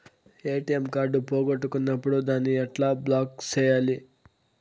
ATM card పోగొట్టుకున్నప్పుడు దాన్ని ఎట్లా బ్లాక్ సేయాలి